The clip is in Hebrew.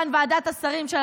ועדת שרים לענייני חקיקה,